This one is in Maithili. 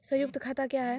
संयुक्त खाता क्या हैं?